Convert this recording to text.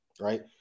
right